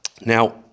Now